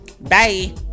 bye